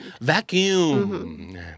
Vacuum